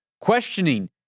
questioning